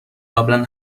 قبلا